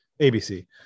ABC